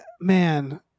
man